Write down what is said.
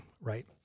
right